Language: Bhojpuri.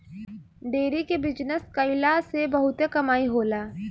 डेरी के बिजनस कईला से बहुते कमाई होला